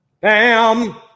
bam